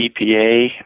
EPA